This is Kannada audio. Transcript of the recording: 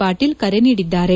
ಪಾಟೀಲ್ ಕರೆ ನೀಡಿದ್ದಾರೆ